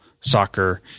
soccer